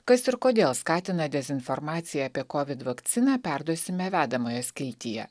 kas ir kodėl skatina dezinformaciją apie covid vakciną perduosime vedamoje skiltyje